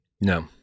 no